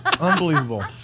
Unbelievable